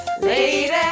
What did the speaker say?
Lady